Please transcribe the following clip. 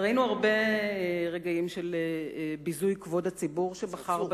ראינו הרבה רגעים של ביזוי כבוד הציבור שבחר בנו,